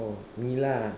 oh Milla ah